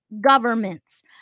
governments